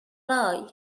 lie